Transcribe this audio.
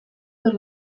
per